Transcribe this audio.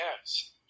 Yes